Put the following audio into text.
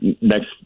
next